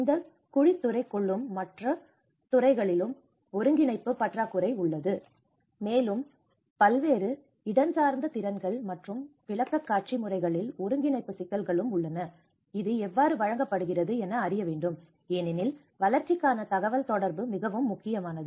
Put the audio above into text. இந்த குழித்துறை கொள்ளும் மற்றும் மற்ற துறைகளிலும் ஒருங்கிணைப்பு பற்றாக்குறை உள்ளது மேலும் பல்வேறு இடஞ்சார்ந்த திறன்கள் மற்றும் விளக்கக்காட்சி முறைகளில் ஒருங்கிணைப்பு சிக்கல்களும் உள்ளன இது எவ்வாறு வழங்கப்படுகிறது என அறிய வேண்டும் ஏனெனில் வளர்ச்சிக்கான தகவல் தொடர்பு மிகவும் முக்கியமானது